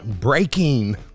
breaking